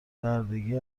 بردگی